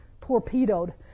torpedoed